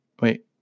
Wait